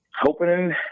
hoping